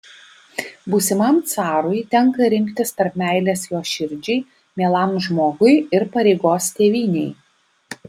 būsimam carui tenka rinktis tarp meilės jo širdžiai mielam žmogui ir pareigos tėvynei